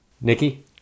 Nikki